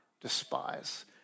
despise